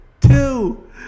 two